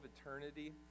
eternity